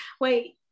Wait